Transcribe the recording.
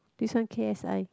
this one K_S_I